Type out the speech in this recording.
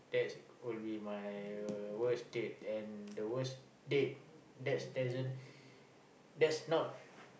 that's will be my worst date and the worst date that's doesn't that's not